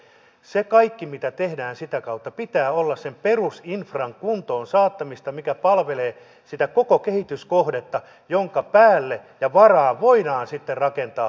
sen kaiken mitä tehdään sitä kautta pitää olla perusinfran kuntoonsaattamista mikä palvelee sitä koko kehityskohdetta jonka päälle ja varaan voidaan sitten rakentaa yritystoimintaa